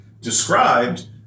described